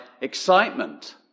excitement